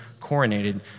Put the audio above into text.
coronated